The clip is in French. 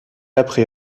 apprit